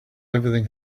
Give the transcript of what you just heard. everything